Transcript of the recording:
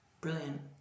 Brilliant